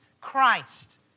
Christ